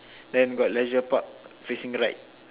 then got Leisure Park facing right